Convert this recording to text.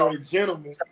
gentlemen